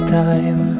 time